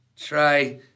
Try